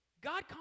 God